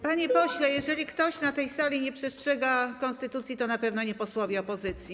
Panie pośle, jeżeli ktoś na tej sali nie przestrzega konstytucji, to na pewno nie posłowie opozycji.